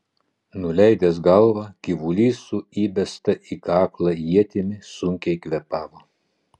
nuleidęs galvą gyvulys su įbesta į kaklą ietimi sunkiai kvėpavo